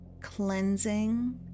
cleansing